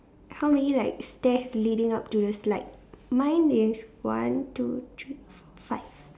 how many like stairs leading up to the slide mine is one two three four five